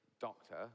doctor